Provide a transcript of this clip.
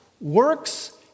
works